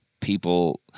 people